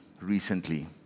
recently